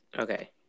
okay